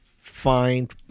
find